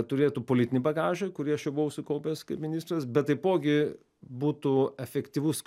turėtų politinį bagažą kurį aš jau buvau sukaupęs kaip ministras bet taipogi būtų efektyvus